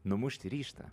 numušti ryžtą